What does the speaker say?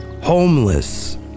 homeless